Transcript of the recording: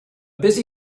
busy